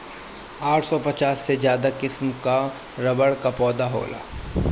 आठ सौ पचास से ज्यादा किसिम कअ रबड़ कअ पौधा होला